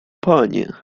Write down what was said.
panie